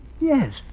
Yes